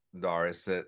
Doris